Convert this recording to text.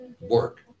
work